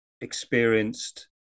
experienced